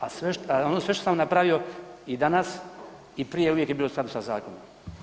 A ono sve što sam napravio i danas i prije uvijek je bilo u skladu sa zakonom.